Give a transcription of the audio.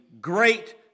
great